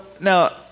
now